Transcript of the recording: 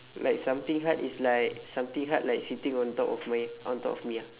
like something hard is like something hard like sitting on top of my on top of me ah